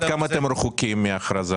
אתם רחוקים מהכרזה?